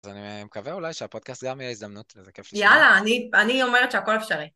אז אני מקווה אולי שהפודקאסט גם יהיה הזדמנות לזה, כיף ששמענו. יאללה, אני אומרת שהכל אפשרי.